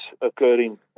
occurring